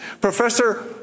Professor